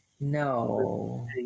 No